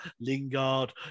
Lingard